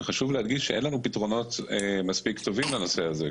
חשוב להדגיש שאין לנו פתרונות מספיק טובים בנושא הזה.